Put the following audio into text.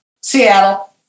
Seattle